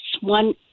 one